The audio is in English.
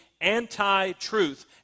anti-truth